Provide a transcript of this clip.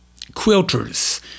Quilters